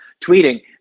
tweeting